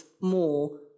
more